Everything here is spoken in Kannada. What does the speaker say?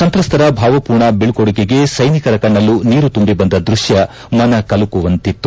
ಸಂತ್ರಸ್ತರ ಭಾವಪೂರ್ಣ ಬೀಳ್ಕೊಡುಗೆಗೆ ಸೈನಿಕರ ಕಣ್ಣಲ್ಲೂ ನೀರು ತುಂಬಿ ಬಂದ ದೃಷ್ಣ ಮನ ಕಲಕುವಂತಿತ್ತು